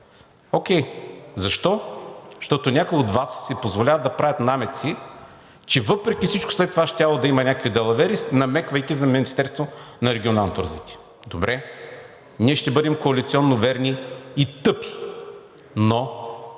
Окей, защо? Защото някои от Вас си позволяват да правят намеци, че въпреки всичко след това щяло да има някакви далавери, намеквайки за Министерство на регионалното развитие. Добре, ние ще бъдем коалиционно верни и тъпи, но